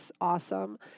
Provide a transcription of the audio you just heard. awesome